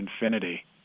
Infinity